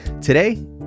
Today